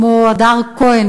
כמו הדר כהן,